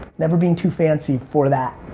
never being too fancy for that.